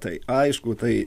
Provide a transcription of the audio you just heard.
tai aišku tai